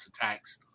attacks